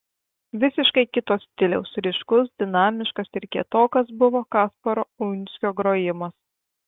visiškai kito stiliaus ryškus dinamiškas ir kietokas buvo kasparo uinsko grojimas